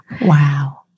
Wow